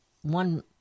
one